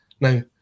Now